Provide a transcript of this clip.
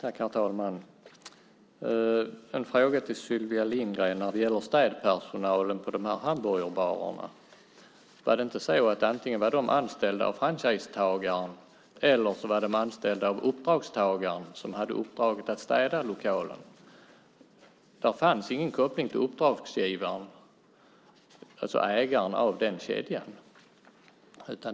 Herr talman! Jag har en fråga till Sylvia Lindgren som gäller städpersonalen på de här hamburgerbarerna. Var det inte så att de antingen var anställda av franchisetagaren eller av uppdragstagaren som hade uppdraget att städa lokalen? Det fanns ingen koppling till uppdragsgivaren, det vill säga ägaren av den kedjan.